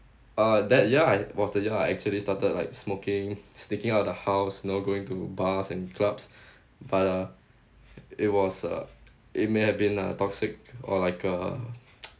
uh that ya I was the year I actually started like smoking sneaking out of the house you know going to bars and clubs but uh it was uh it may have been a toxic or like a